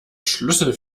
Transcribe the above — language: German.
schlüssel